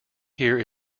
here